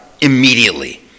immediately